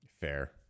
Fair